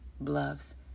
bluffs